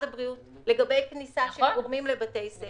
הבריאות לגבי כניסה של גורמים לבתי הספר.